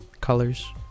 Colors